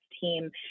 team